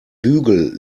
bügel